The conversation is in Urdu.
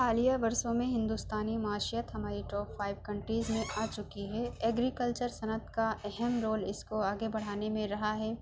حالیہ برسوں میں ہندوستانی معاشیات ہماری ٹاپ فائیو کنٹریز میں آچکی ہے ایگریکلچر صنعت کا اہم رول اس کو آگے بڑھانے میں رہا ہے